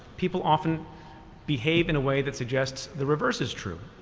people often behave in a way that suggests the reverse is true.